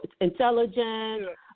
intelligent